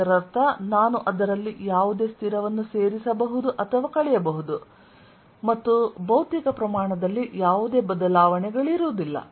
ಇದರರ್ಥ ನಾನು ಅದರಲ್ಲಿ ಯಾವುದೇ ಸ್ಥಿರವನ್ನು ಸೇರಿಸಬಹುದು ಅಥವಾ ಕಳೆಯಬಹುದು ಮತ್ತು ಭೌತಿಕ ಪ್ರಮಾಣದಲ್ಲಿ ಯಾವುದೇ ಬದಲಾವಣೆಗಳಿಲ್ಲ